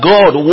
God